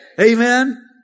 Amen